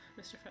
mr